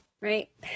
right